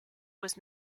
was